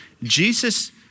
Jesus